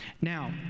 Now